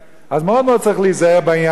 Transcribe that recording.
אז מאוד מאוד צריך להיזהר בעניין הזה,